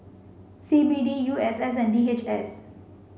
C B D U S S and D H S